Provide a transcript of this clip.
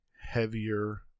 heavier